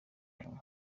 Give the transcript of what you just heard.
muntu